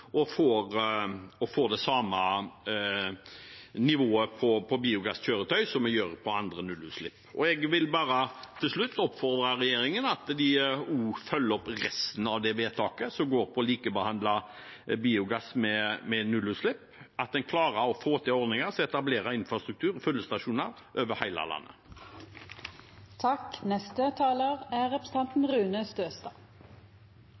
og får det samme nivået på biogasskjøretøy som vi gjør på nullutslippskjøretøy. Jeg vil til slutt bare oppfordre regjeringen til at de også følger opp resten av det vedtaket, som går på å likebehandle biogass med nullutslipp, og at en klarer å få til ordninger som etablerer infrastruktur og fyllestasjoner over